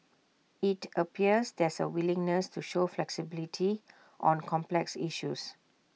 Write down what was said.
IT appears there's A willingness to show flexibility on complex issues